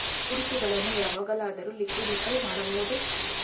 ಹೂಡಿಕೆಗಳನ್ನು ಯಾವಾಗಲಾದರೂ ಲಿಕ್ವಿಡಿಫೈ ಮಾಡಬಹುದೇ?